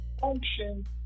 function